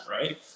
right